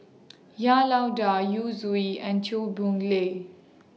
Han Lao DA Yu Zhuye and Chew Boon Lay